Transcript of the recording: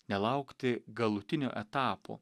nelaukti galutinio etapo